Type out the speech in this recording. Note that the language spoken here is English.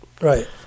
Right